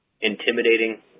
intimidating